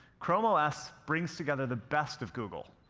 chrome os brings together the best of google,